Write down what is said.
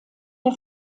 der